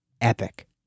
epic